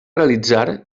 realitzar